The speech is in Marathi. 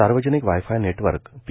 सार्वजनिक वाय फाय नेटवर्क पी